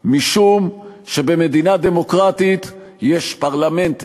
משום שבמדינה דמוקרטית יש פרלמנט אחד,